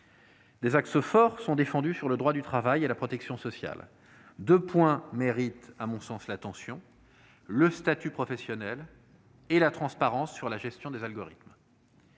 Des axes forts y sont défendus sur le droit du travail et la protection sociale. Deux points méritent à mon sens notre attention : le statut professionnel et la transparence sur la gestion des algorithmes.